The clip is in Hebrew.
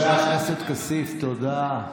איך אתה מאפשר מעל הבמה הזאת לקרוא לצה"ל "צבא הכיבוש",